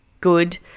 good